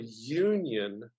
union